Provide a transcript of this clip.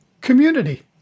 Community